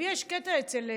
יש קטע אצל